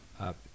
up